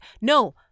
No